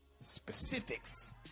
Specifics